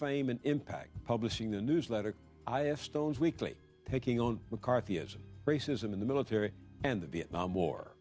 fame and impact publishing the newsletter stone's weekly taking on mccarthyism racism in the military and the vietnam war